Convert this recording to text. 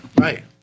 Right